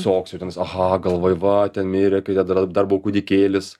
toks jau ten jis aha galvoji va ten mirė kai dar dar buvau kūdikėlis